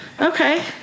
Okay